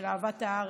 של אהבת הארץ,